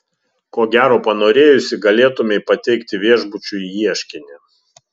ko gero panorėjusi galėtumei pateikti viešbučiui ieškinį